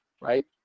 right